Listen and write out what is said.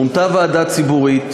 מונתה ועדה ציבורית,